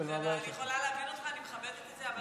בין הקואליציה לאופוזיציה אז ההצעה נפלה.